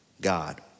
God